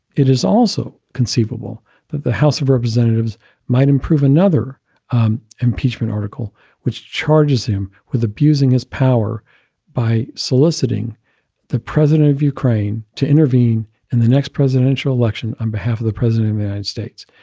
it is also conceivable that the house of representatives might improve another impeachment article which charges him with abusing his power by soliciting the president of ukraine to intervene in the next presidential election on behalf of the president of the united states.